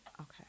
Okay